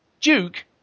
duke